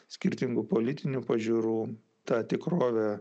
skirtingų politinių pažiūrų tą tikrovę